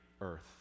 earth